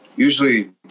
Usually